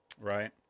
Right